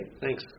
Thanks